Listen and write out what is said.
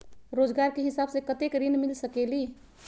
रोजगार के हिसाब से कतेक ऋण मिल सकेलि?